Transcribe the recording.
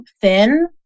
thin